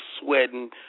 sweating